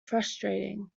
frustrating